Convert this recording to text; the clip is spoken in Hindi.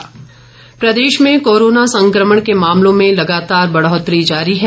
कोरोना प्रदेश प्रदेश में कोरोना संक्रमण के मामलों में लगातार बढ़ोतरी जारी है